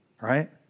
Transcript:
right